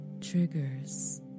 triggers